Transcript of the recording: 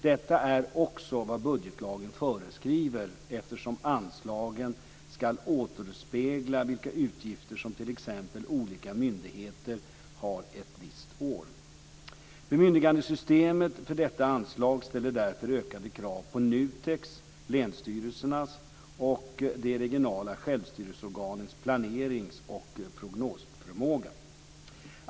Detta är också vad budgetlagen föreskriver, eftersom anslagen ska återspegla vilka utgifter som t.ex. olika myndigheter har ett visst år. Bemyndigandesystemet för detta anslag ställer därför ökade krav på NUTEK:s, länsstyrelsernas och de regionala självstyrelseorganens planerings och prognosförmåga.